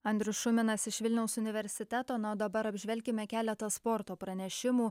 andrius šuminas iš vilniaus universiteto na o dabar apžvelkime keletą sporto pranešimų